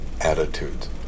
attitudes